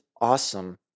awesome